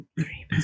three